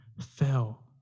fell